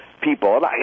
people